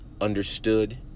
understood